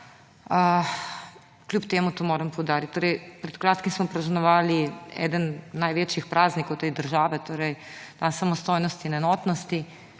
Kljub temu to moram poudariti. Torej pred kratkim smo praznovali eden največjih praznikov te države, torej dan samostojnosti in enotnosti,